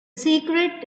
secret